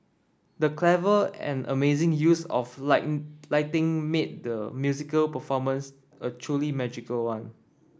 the clever and amazing use of lighting made the musical performance a truly magical one